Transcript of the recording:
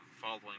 following